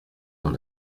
dans